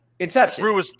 Inception